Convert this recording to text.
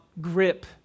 grip